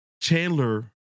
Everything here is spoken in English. Chandler